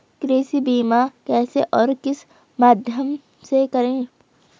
कृषि बीमा कैसे और किस माध्यम से करें?